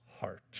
heart